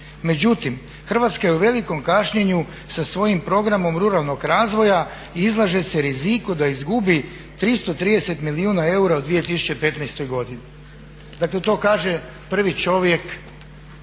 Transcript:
međutim Hrvatska je u velikom kašnjenju sa svojim programom ruralnog razvoja i izlaže se riziku da izgubi 330 milijuna eura u 2015.godini", dakle to kaže prvi čovjek